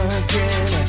again